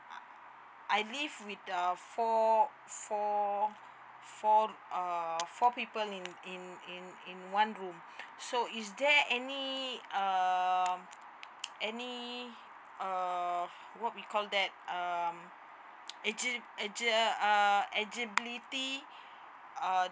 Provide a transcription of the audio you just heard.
I I live with uh four four four err four people in in in in one room so is there any um any err what we call that um egi~ egi~ err uh egibility err